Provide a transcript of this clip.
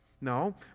No